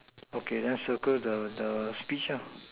okay then circle the speech